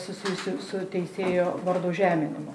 susijusių su teisėjo vardo žeminimu